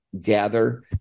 gather